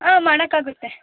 ಹಾಂ ಮಾಡೋಕಾಗುತ್ತೆ